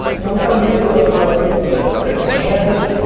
we we gotta really go through it, we took we took some chances.